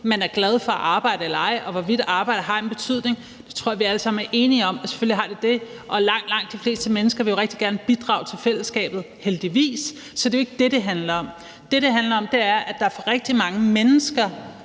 man er glad for at arbejde eller ej, og hvorvidt arbejdet har en betydning. Det tror jeg vi alle sammen er enige om at det selvfølgelig har, og langt, langt de fleste mennesker vil jo rigtig gerne bidrage til fællesskabet, heldigvis, så det er jo ikke det, det handler om. Det, det handler om, er, at for rigtig mange mennesker